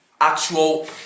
actual